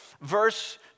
verse